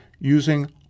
using